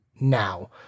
now